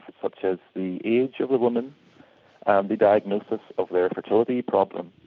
such as the age of the woman and the diagnosis of their fertility problem.